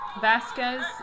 Vasquez